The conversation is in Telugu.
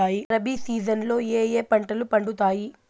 రబి సీజన్ లో ఏ ఏ పంటలు పండుతాయి